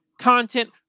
content